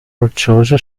rocciose